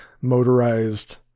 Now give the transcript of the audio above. motorized